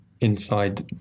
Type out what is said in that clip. Inside